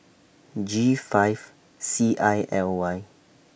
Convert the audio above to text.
G five C I L Y